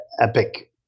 epic